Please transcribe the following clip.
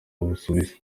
busuwisi